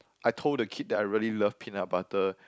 I told the kid that I really love peanut butter